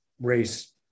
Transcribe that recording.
race